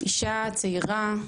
אישה צעירה,